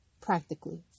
practically